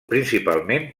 principalment